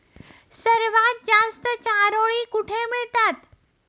सर्वात जास्त चारोळी कुठे मिळतात?